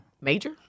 major